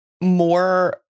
more